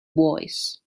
voice